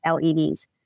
LEDs